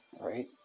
right